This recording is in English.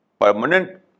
permanent